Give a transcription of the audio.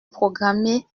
programmée